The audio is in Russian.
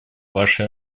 вашей